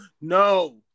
No